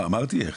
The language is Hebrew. אמרתי איך.